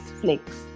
flakes